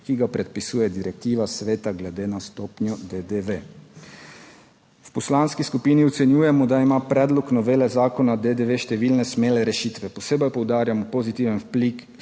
ki ga predpisuje direktiva Sveta glede na stopnjo DDV. V Poslanski skupini ocenjujemo, da ima predlog novele zakona o DDV številne smele rešitve. Posebej poudarjamo pozitiven vpliv